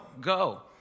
go